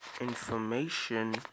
information